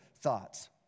thoughts